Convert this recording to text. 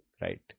Right